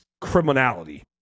criminality